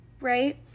right